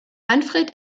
manfred